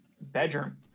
bedroom